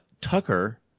tucker